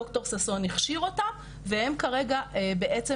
ד"ר ששון הכשיר אותן והן כרגע בעצם